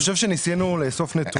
(הצגת מצגת) אני חושב שניסינו לאסוף נתונים.